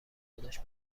خودش